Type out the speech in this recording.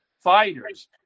fighters